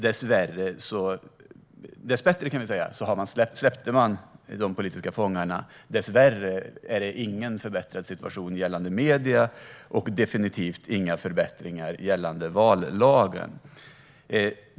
Dessbättre släppte landet de politiska fångarna; dessvärre är det ingen förbättrad situation gällande medierna, och det är definitivt inga förbättringar gällande vallagen.